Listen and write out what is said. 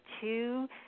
two